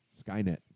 skynet